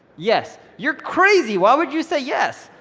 yes. you're crazy. why would you say yes?